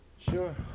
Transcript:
Sure